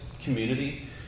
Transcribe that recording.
community